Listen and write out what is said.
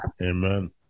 Amen